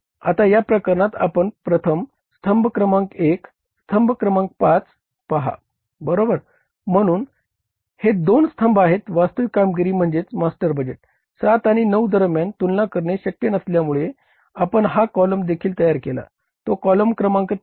आता या प्रकरणात आपण प्रथम स्तंभ क्रमांक 1 स्तंभ क्रमांक 5 पहा बरोबर म्हणूनच हे दोन स्तंभ आहेत वास्तविक कामगिरी म्हणजे मास्टर बजेट 7 आणि 9 दरम्यान तुलना करणे शक्य नसल्यामुळे आपण हा कॉलम देखील तयार केला तो कॉलम क्रमांक 3 आहे